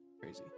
Crazy